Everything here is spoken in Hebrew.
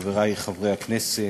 חברי חברי הכנסת,